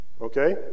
Okay